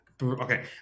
Okay